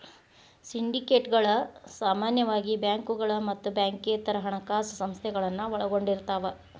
ಸಿಂಡಿಕೇಟ್ಗಳ ಸಾಮಾನ್ಯವಾಗಿ ಬ್ಯಾಂಕುಗಳ ಮತ್ತ ಬ್ಯಾಂಕೇತರ ಹಣಕಾಸ ಸಂಸ್ಥೆಗಳನ್ನ ಒಳಗೊಂಡಿರ್ತವ